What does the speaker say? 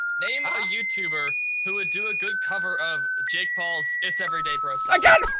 name a youtuber who would do a good cover of jake paul's it's everyday bro song. i got it!